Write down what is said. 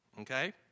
okay